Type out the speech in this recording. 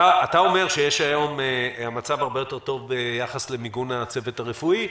אתה אומר שהיום המצב הרבה יותר טוב ביחס למיגון הצוות הרפואי,